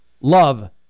love